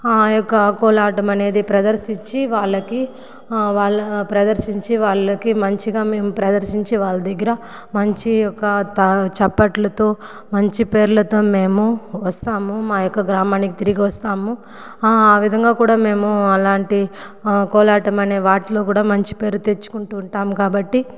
ఆ యొక్క కోలాటం అనేది ప్రదర్శించి వాళ్ళకి వాళ్ళ ప్రదర్శించి వాళ్ళకి మంచిగా మేము ప్రదర్శించే వాళ్ళ దగ్గర మంచి ఒక చప్పట్లతో మంచి పేర్లతో మేము వస్తాము మా యొక్క గ్రామానికి తిరిగి వస్తాము ఆ విధంగా కూడా మేము అలాంటి కోలాటం అనే వాటిలో కూడా మంచి పేరు తెచ్చుకుంటూ ఉంటాము కాబట్టి